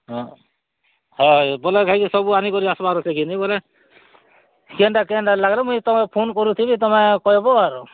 ହଁ ହଏ ବୋଲେ ସବୁ ଆନିକରି ଆସିବାର ନାଇଁ ବୋଲେ କେନ୍ତା କେନ୍ତା ଲାଗଲା ମୁଇଁ ଫୋନ୍ କରିଥିବି ତୁମେ କହିବ ଆରୁ